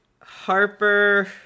Harper